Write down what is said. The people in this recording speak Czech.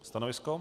Stanovisko?